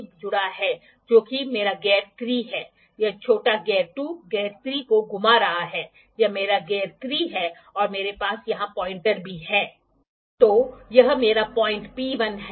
साधारण स्केल्ड उपकरणों से जटिल प्रकारों तक उपकरणों की एक विस्तृत श्रृंखला है जो एंगल को मापने के लिए लेजर इंटरफेरोमीटर तकनीकों का उपयोग करती है